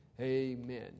amen